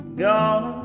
gone